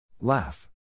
Laugh